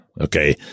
okay